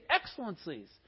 excellencies